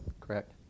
Correct